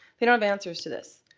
they don't have answers to this.